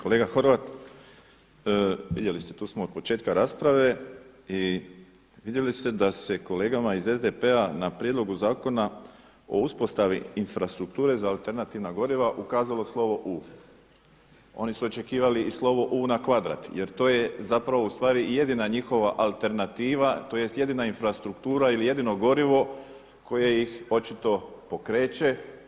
Kolega Horvat, vidjeli ste tu smo od početka rasprave i vidjeli ste da se kolegama iz SDP-a na prijedlogu zakona o uspostavi infrastrukture za alternativna goriva ukazalo slovo U, oni su očekivali i slovo U na kvadrat jer to je zapravo jedina njihova alternativa tj. jedina infrastruktura ili jedino gorivo koje ih očito pokreće.